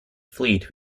fleet